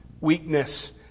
weakness